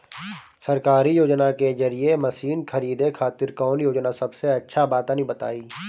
सरकारी योजना के जरिए मशीन खरीदे खातिर कौन योजना सबसे अच्छा बा तनि बताई?